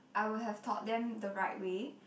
I would have taught them the right way